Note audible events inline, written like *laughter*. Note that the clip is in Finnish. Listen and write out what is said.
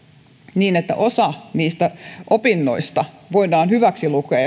niin että osa niistä opinnoista voidaan hyväksilukea *unintelligible*